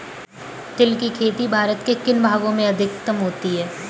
तिल की खेती भारत के किन भागों में अधिकतम होती है?